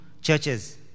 churches